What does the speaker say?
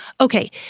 Okay